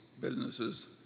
businesses